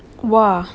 !wah!